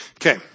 Okay